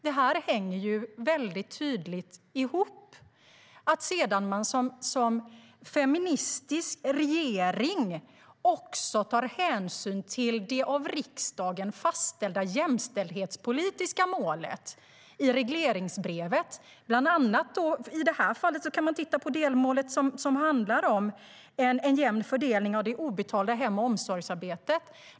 Det hänger tydligt ihop. Regeringen i egenskap av en feministisk regering tar hänsyn till det av riksdagen fastställda jämställdhetspolitiska målet i regleringsbrevet. I det här fallet handlar det om delmålet som handlar om en jämn fördelning av det obetalda hem och omsorgsarbetet.